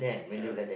ya